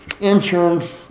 insurance